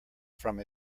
from